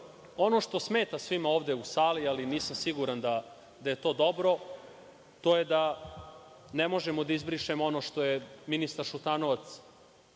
što smeta svima ovde u sali, ali nisam siguran da je to dobro, to je da ne možemo da izbrišemo ono što je ministar Šutanovac,